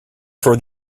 for